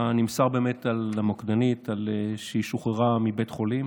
שבה נמסר למוקדנית שהיא שוחררה מבית חולים